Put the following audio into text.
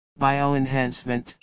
bioenhancement